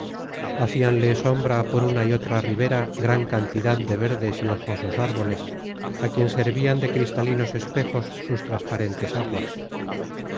tributo hacíanle sombra por una y otra ribera gran cantidad de verdes y hojosos árboles á quien servian de cristalinos espejos sus transparentes aguas